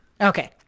Okay